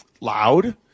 loud